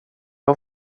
har